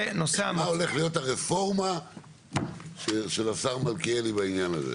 מה הולכת להיות הרפורמה של השר מלכיאלי בעניין הזה?